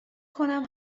کنم